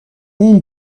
اون